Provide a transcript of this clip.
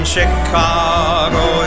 Chicago